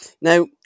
Now